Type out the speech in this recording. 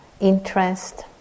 interest